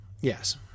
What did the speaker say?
yes